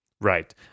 Right